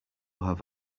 have